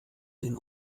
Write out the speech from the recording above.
den